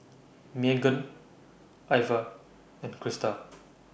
Meagan Iva and Crista